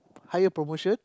higher promotion